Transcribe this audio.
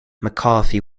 mccarthy